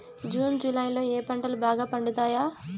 June July లో ఏ పంటలు బాగా పండుతాయా?